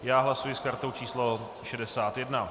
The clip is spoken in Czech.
Já hlasuji s kartou číslo 61.